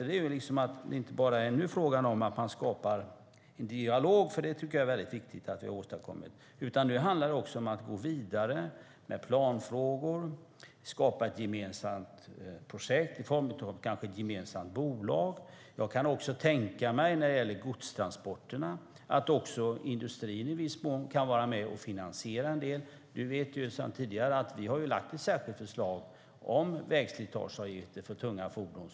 Det är väldigt viktigt att vi skapar en dialog, men vad jag är ute efter är att det nu också gäller att gå vidare med planfrågor och skapa ett gemensamt projekt, kanske i form av ett gemensamt bolag. När det gäller godstransporterna kan jag tänka mig att också industrin kan vara med och finansiera en del. Infrastrukturministern vet sedan tidigare att vi har lagt fram ett särskilt förslag om vägslitageavgifter för tunga fordon.